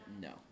no